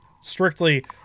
strictly